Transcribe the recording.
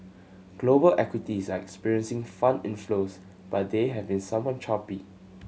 global equities are experiencing fund inflows but they have been somewhat choppy